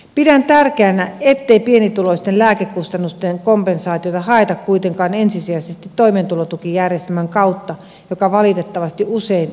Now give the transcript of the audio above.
pidän tärkeänä ettei pienituloisten lääkekustannusten kompensaatiota haeta kuitenkaan ensisijaisesti toimeentulotukijärjestelmän kautta mikä valitettavasti usein asiaan kuuluu